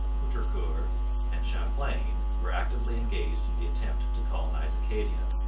poutrincourt, and champlain were actively engaged in the attempt to colonize acadia.